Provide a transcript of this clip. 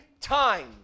time